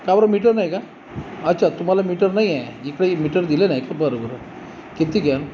का बरं मीटर नाही का अच्छा तुम्हाला मीटर नाही आहे एकही मीटर दिलं नाही का बरं बरं किती घ्याल